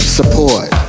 support